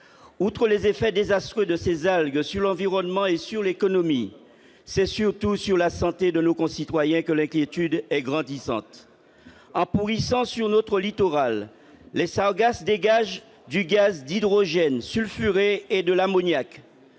Outre les effets désastreux de ces algues sur l'environnement et sur l'économie, c'est surtout à propos de la santé de nos concitoyens que l'inquiétude est grandissante. En pourrissant sur notre littoral, les sargasses dégagent du gaz d'hydrogène sulfuré et de l'ammoniac.